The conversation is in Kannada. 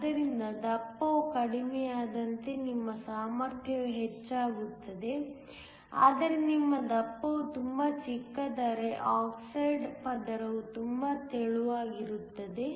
ಆದ್ದರಿಂದ ದಪ್ಪವು ಕಡಿಮೆಯಾದಂತೆ ನಿಮ್ಮ ಸಾಮರ್ಥ್ಯವು ಹೆಚ್ಚಾಗುತ್ತದೆ ಆದರೆ ನಿಮ್ಮ ದಪ್ಪವು ತುಂಬಾ ಚಿಕ್ಕದಾದರೆ ಆಕ್ಸೈಡ್ ಪದರವು ತುಂಬಾ ತೆಳುವಾಗಿರುತ್ತದೆ